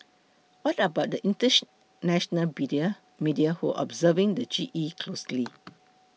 what about the international media who are observing the G E closely